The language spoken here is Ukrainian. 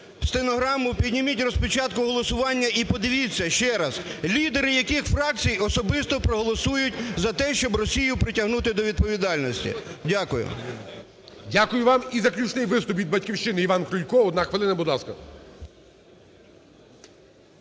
підніміть розпечатку голосування і подивіться ще раз, лідери яких фракцій особисто проголосують за те, щоб Росію притягнути до відповідальності. Дякую. ГОЛОВУЮЧИЙ. Дякую вам. І заключний виступ від "Батьківщини". Іван Крулько, одна хвилина, будь ласка.